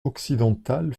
occidental